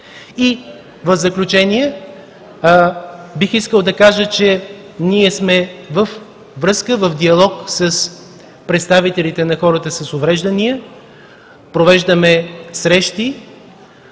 В заключение, бих искал да кажа, че ние сме във връзка, в диалог с представителите на хората с увреждания. Провеждаме срещи.